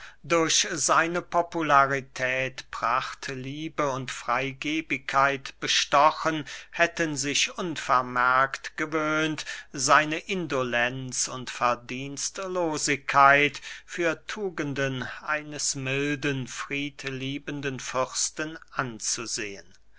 durch seine popularität prachtliebe und freygebigkeit bestochen hätten sich unvermerkt gewöhnt seine indolenz und verdienstlosigkeit für tugenden eines milden friedeliebenden fürsten anzusehen